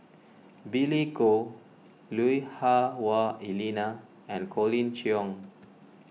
Billy Koh Lui Hah Wah Elena and Colin Cheong